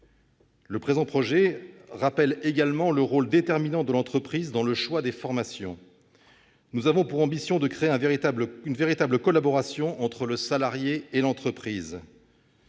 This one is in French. Le présent projet de loi rappelle également le rôle déterminant de l'entreprise dans le choix des formations. Nous avons pour ambition de créer une véritable collaboration entre le salarié et l'entreprise.